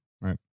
Right